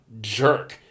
jerk